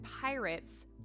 pirates